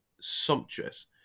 sumptuous